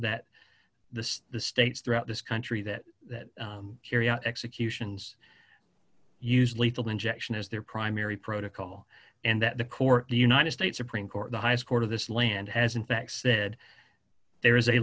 that the the states throughout this country that carry out executions use lethal injection as their primary protocol and that the core the united states supreme court the highest court of this land has in fact said there is a